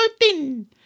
thin